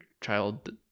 child